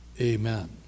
Amen